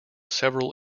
several